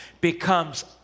becomes